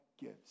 gives